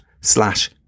slash